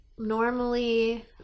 Normally